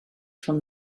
from